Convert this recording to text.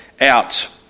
out